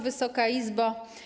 Wysoka Izbo!